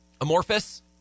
amorphous